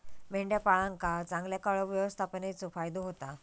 मेंढपाळांका चांगल्या कळप व्यवस्थापनेचो फायदो होता